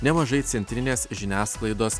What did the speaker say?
nemažai centrinės žiniasklaidos